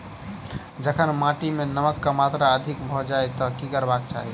जखन माटि मे नमक कऽ मात्रा अधिक भऽ जाय तऽ की करबाक चाहि?